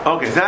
Okay